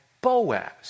Boaz